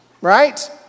right